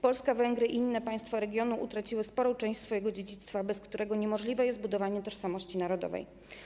Polska, Węgry i inne państwa regionu utraciły sporą część swojego dziedzictwa, bez którego nie jest możliwe budowanie tożsamości narodowej.